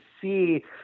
see